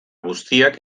guztiak